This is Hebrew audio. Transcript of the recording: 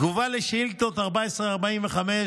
תגובה על שאילתות 1445,